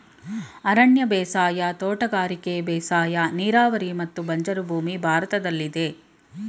ಅರಣ್ಯ ಬೇಸಾಯ, ತೋಟಗಾರಿಕೆ ಬೇಸಾಯ, ನೀರಾವರಿ ಮತ್ತು ಬಂಜರು ಭೂಮಿ ಭಾರತದಲ್ಲಿದೆ